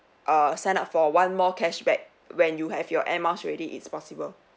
err sign up for one more cashback when you have your air miles already it's possible